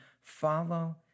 follow